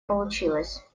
получилась